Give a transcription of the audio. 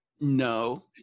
no